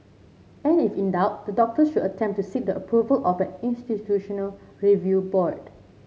and if in doubt the doctor should attempt to seek the approval of an institutional review board